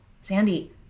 Sandy